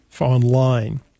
Online